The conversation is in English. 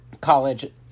college